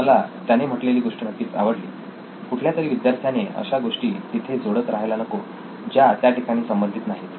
मला त्याने म्हटलेली गोष्ट नक्कीच आवडली कुठल्यातरी विद्यार्थ्याने अशा गोष्टी तिथे जोडत राहायला नको ज्या त्या विषयाशी संबंधित नाहीत